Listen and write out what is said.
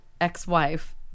ex-wife